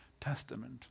Testament